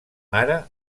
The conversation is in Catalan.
mare